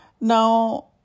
now